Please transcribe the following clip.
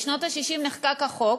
בשנות ה-60 נחקק החוק,